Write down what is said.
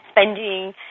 spending